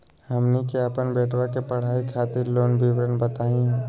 हमनी के अपन बेटवा के पढाई खातीर लोन के विवरण बताही हो?